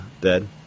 dead